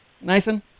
Nathan